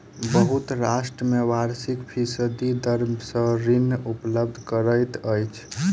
बहुत राष्ट्र में वार्षिक फीसदी दर सॅ ऋण उपलब्ध करैत अछि